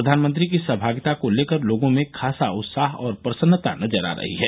प्रधानमंत्री की सहभागिता को लेकर लोगों में खासा उत्साह और प्रसन्नता नजर आ रही है